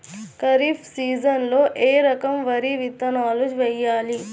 ఖరీఫ్ సీజన్లో ఏ రకం వరి విత్తనాలు వేయాలి?